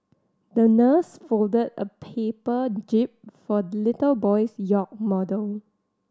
the nurse folded a paper jib for the little boy's yacht model